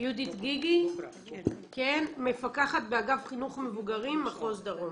יהודית גיגי, מפקחת באגף חינוך מבוגרים מחוז דרום.